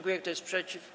Kto jest przeciw?